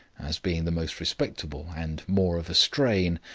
as being the most respectable and more of a strain.